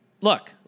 look